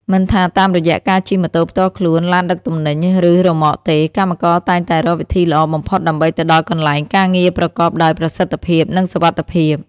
មិនថាតាមរយៈការជិះម៉ូតូផ្ទាល់ខ្លួន ឡានដឹកទំនិញ ឬរ៉ឺម៉កទេ កម្មករតែងតែរកវិធីល្អបំផុតដើម្បីទៅដល់កន្លែងការងារប្រកបដោយប្រសិទ្ធភាពនិងសុវត្ថិភាព។